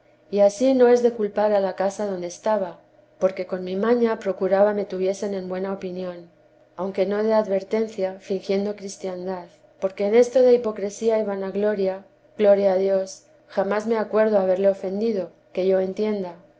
y ansí no es de culpar a la casa adonde estaba porque con mi maña procuraba me tuviesen en buena opinión aunque no de advertencia fingiendo cristiandad porque en esto de hipocresía y vanagloria gloria a dios jamás me acuerdo haberle ofendido que yo entienda